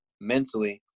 mentally